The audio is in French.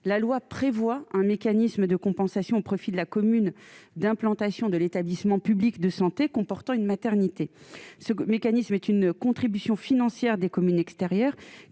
la loi prévoit un mécanisme de compensation au profit de la commune d'implantation de l'établissement public de santé, comportant une maternité, ce mécanisme est une contribution financière des communes extérieures